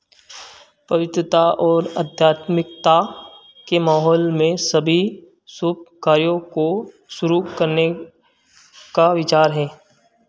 पवित्रता और आध्यात्मिकता के माहौल में सभी शुभ कार्यों को शुरू करने का विचार है